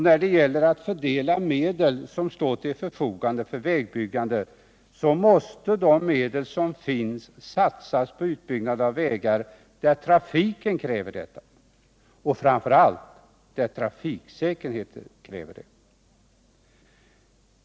När det gäller att fördela de medel som står till förfogande för vägbyggande så måste de medel som finns satsas på utbyggnad av vägar, där trafiken kräver detta — och framför allt där trafiksäkerheten kräver det.